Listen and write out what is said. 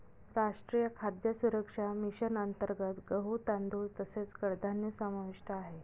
राष्ट्रीय खाद्य सुरक्षा मिशन अंतर्गत गहू, तांदूळ तसेच कडधान्य समाविष्ट आहे